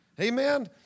Amen